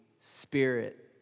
Spirit